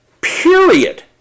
period